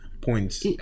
points